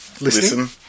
listen